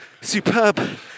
superb